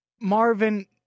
Marvin